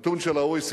נתון של ה-OECD,